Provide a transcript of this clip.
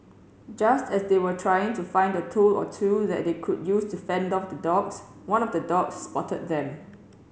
just as they were trying to find a tool or two that they could use to fend off the dogs one of the dogs spotted them